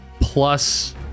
plus